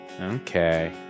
Okay